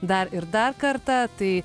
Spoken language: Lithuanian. dar ir dar kartą tai